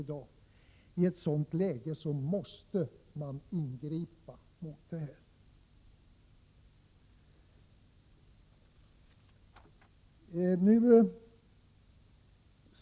I ett sådant läge måste man ingripa, har vi sagt.